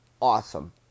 awesome